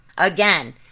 Again